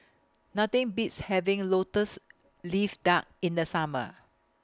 Nothing Beats having Lotus Leaf Duck in The Summer